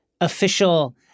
official